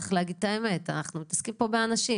צריך להגיד את האמת: אנחנו מתעסקים פה באנשים,